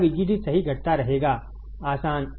मेरा VGD सही घटता रहेगा आसान